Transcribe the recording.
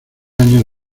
año